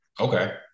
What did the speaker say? okay